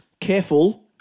careful